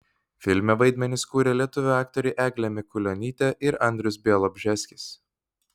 filme vaidmenis kūrė lietuvių aktoriai eglė mikulionytė ir andrius bialobžeskis